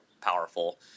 powerful